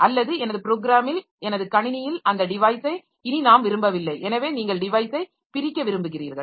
அல்லது எனது ப்ரோக்ராமில் எனது கணினியில் அந்த டிவைஸை இனி நாம் விரும்பவில்லை எனவே நீங்கள் டிவைஸை பிரிக்க விரும்புகிறீர்கள்